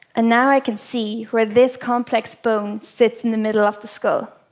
and now i can see where this complex bone sits in the middle of the skull.